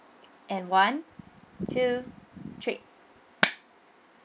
and one two three